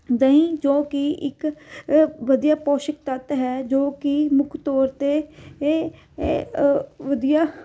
ਦਹੀਂ ਜੋ ਕਿ ਇੱਕ ਵਧੀਆ ਪੋਸ਼ਿਕ ਤੱਤ ਹੈ ਜੋ ਕਿ ਮੁੱਖ ਤੌਰ 'ਤੇ ਏ ਏ ਵਧੀਆ